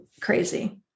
crazy